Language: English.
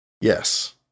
yes